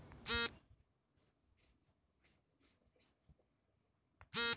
ವಿಮೆಯ ಮೆಚುರಿಟಿ ಅವಧಿ ಮುಗಿದ ನಂತರ ನಮಗೆ ಬರುವ ಶೇಕಡಾ ಮೊತ್ತ ಎಷ್ಟು?